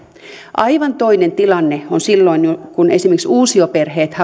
aivan toinen tilanne on silloin kun esimerkiksi uusioperheessä